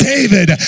David